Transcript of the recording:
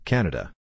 Canada